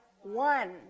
one